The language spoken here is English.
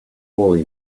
poorly